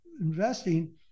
investing